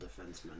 defenseman